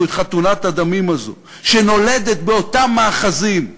את חתונת הדמים הזאת שנולדת באותם מאחזים,